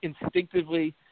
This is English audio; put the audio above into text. instinctively